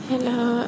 Hello